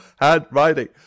handwriting